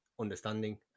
understanding